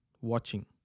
watching